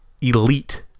elite